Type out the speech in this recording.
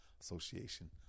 Association